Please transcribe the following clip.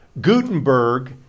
Gutenberg